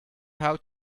how